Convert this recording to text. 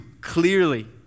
clearly